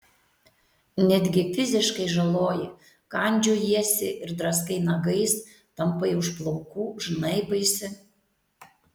netgi fiziškai žaloji kandžiojiesi ir draskai nagais tampai už plaukų žnaibaisi